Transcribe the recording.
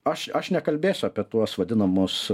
aš aš nekalbėsiu apie tuos vadinamus